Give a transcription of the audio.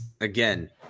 again